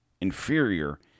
inferior